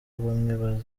bamwe